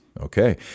Okay